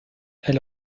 elle